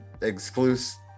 exclusive